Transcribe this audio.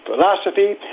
philosophy